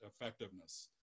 effectiveness